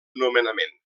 nomenament